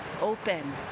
Open